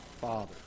Father